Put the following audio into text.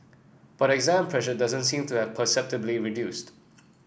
but exam pressure doesn't seem to have perceptibly reduced